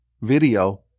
video